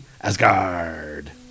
Asgard